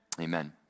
Amen